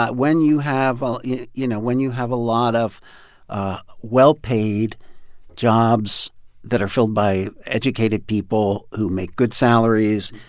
when you have ah you you know, when you have a lot of ah well-paid jobs that are filled by educated people who make good salaries,